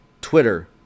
Twitter